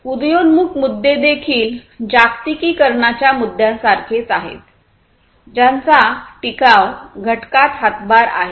उदयोन्मुख मुद्दे देखील जागतिकीकरणाच्या मुद्द्यांसारखेच आहेत ज्यांचा टिकाव घटकात हातभार आहे